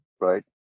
right